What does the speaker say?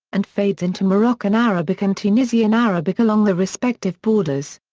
and fades into moroccan arabic and tunisian arabic along the respective borders.